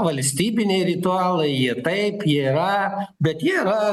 valstybiniai ritualai jie taip yra bet jie yra